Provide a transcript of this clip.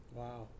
wow